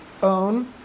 own